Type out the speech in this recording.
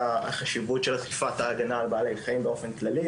החשיבות של אכיפת ההגנה על בעלי חיים באופן כללי.